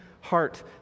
heart